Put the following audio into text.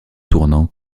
tournant